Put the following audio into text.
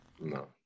No